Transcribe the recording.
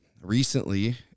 recently